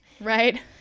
Right